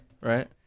Right